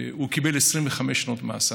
הוא קיבל 25 שנות מאסר.